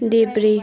देब्रे